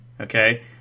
okay